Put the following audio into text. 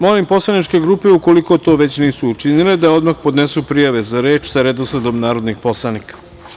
Molim poslaničke grupe, ukoliko to već nisu učinile, da odmah podnesu prijave za reč sa redosledom narodnih poslanika.